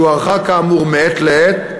שהוארכה כאמור מעת לעת,